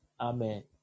Amen